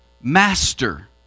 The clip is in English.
master